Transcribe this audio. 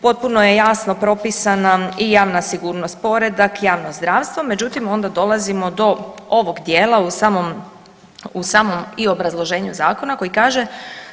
Potpuno je jasno propisana i javna sigurnost, poreda i javno zdravstva, međutim, onda dolazimo do ovog dijela u samom i obrazloženju Zakona koji kaže,